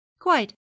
Quite